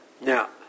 Now